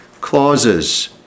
clauses